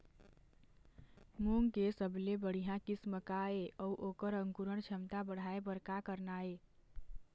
मूंग के सबले बढ़िया किस्म का ये अऊ ओकर अंकुरण क्षमता बढ़ाये बर का करना ये?